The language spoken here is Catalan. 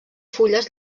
fulles